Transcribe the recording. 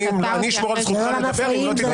אני אשמור על זכותך לדבר אם לא תתייחס למפריעים.